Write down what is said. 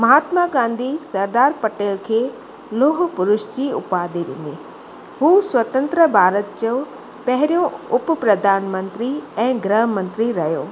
महात्मा गांधी सरदार पटेल खे लोहु पुरुष जी उपाधी ॾिनी हू स्वतंत्र भारत जो पेहिरियों उप प्रधानमंत्री ऐं गृहमंत्री रहियो